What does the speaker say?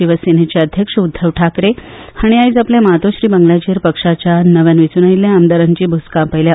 शिवसेनेचे अध्यक्ष उद्धव ठाकरे हांणी आयज आपल्या मातोश्री बंगल्याचेर पक्षाच्या नव्यान वेंचून आयिल्ल्या आमदारांची बसका आपयल्या